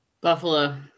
Buffalo